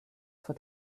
for